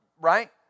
Right